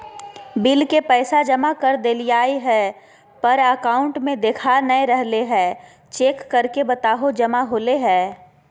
Bill के पैसा जमा कर देलियाय है पर अकाउंट में देखा नय रहले है, चेक करके बताहो जमा होले है?